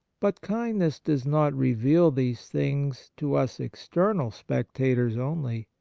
but kindness does not reveal these things to us external spectators only.